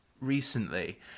recently